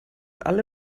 alle